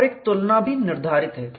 और एक तुलना भी निर्धारित है